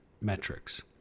metrics